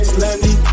Slendy